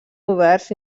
oberts